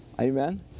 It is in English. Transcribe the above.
amen